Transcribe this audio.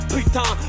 Putain